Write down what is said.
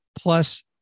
plus